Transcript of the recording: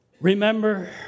Remember